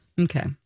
Okay